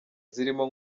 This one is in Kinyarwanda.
zirimo